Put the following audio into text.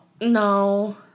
No